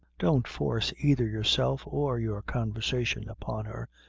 don't force either yourself or your conversation upon her,